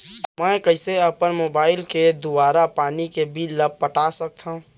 मैं कइसे अपन मोबाइल के दुवारा पानी के बिल ल पटा सकथव?